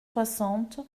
soixante